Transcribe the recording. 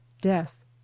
death